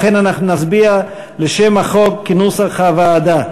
לכן, אנחנו נצביע על שם החוק כנוסח הוועדה.